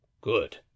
Good